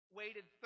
waited